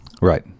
Right